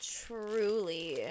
truly